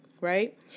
right